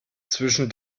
zwischen